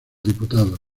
diputados